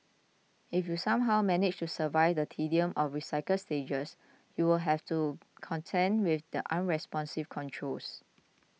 if you somehow manage to survive the tedium of recycled stages you still have to contend with the unresponsive controls